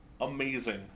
amazing